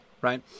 right